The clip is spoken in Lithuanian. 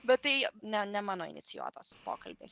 bet tai ne mano inicijuotas pokalbis